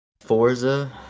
Forza